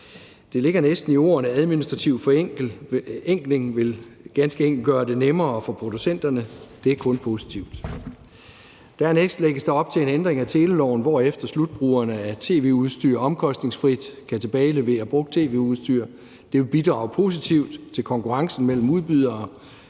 Det ligger næsten i ordene administrativ forenkling, at det ganske enkelt vil gøre det nemmere for producenterne, og det er kun positivt. Dernæst lægges der op til en ændring af teleloven, hvorefter slutbrugerne af tv-udstyr omkostningsfrit kan tilbagelevere brugt tv-udstyr. Det vil bidrage positivt til konkurrencen mellem udbydere